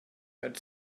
had